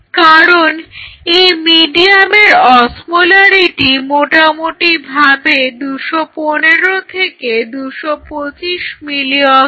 কারণ এই মিডিয়ামের অসমোলারিটি মোটামুটিভাবে 215 থেকে 225 মিলি অস্মল হয়